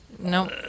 No